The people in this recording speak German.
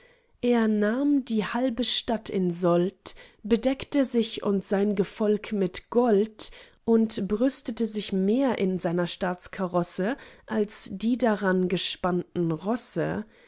er nahm die halbe stadt in sold bedeckte sich und sein gefolg mit gold und brüstete sich mehr in seiner staatskarosse als die daran gespannten rosse